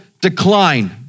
decline